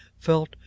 Felt